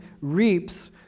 reaps